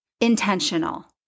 intentional